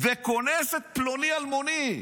וקונס את פלוני-אלמוני,